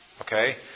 okay